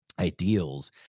ideals